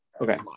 okay